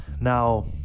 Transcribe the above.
Now